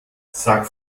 sag